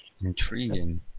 Intriguing